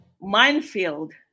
minefield